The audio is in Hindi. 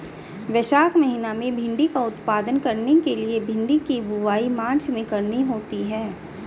वैशाख महीना में भिण्डी का उत्पादन करने के लिए भिंडी की बुवाई मार्च में करनी होती है